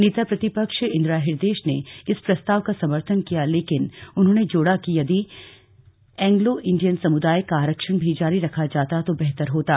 नेता प्रतिपक्ष इंदिर हृदयेश ने इस प्रस्ताव का समर्थन किया लेकिन उन्होंने जोड़ा कि यदि एंग्लो इंडियन समुदाय का आरक्षण भी जारी रखा जाता तो बेहतर होता